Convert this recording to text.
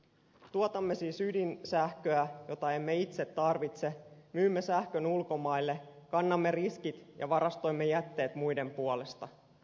tuotamme siis ydinsähköä jota emme itse tarvitse myymme sähkön ulkomaille kannamme riskit ja varastoimme jätteet muiden puolesta